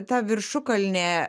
ta viršukalnė